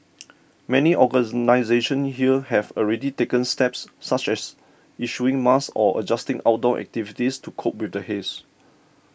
many organisations here have already taken steps such as issuing masks or adjusting outdoor activities to cope with the haze